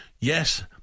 Yes